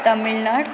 Tamil Nadu